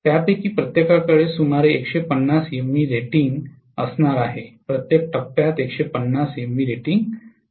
त्यापैकी प्रत्येकाकडे सुमारे 150 एमव्हीए रेटिंग असणार आहे प्रत्येक टप्प्यात 150 एमव्हीए रेटिंग असेल